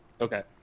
okay